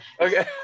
Okay